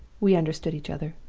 we understood each other.